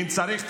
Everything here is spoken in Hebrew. אם צריך,